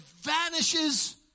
vanishes